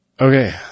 Okay